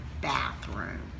bathroom